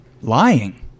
lying